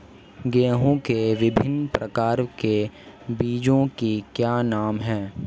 गेहूँ के विभिन्न प्रकार के बीजों के क्या नाम हैं?